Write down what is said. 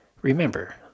Remember